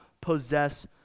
possess